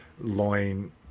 loin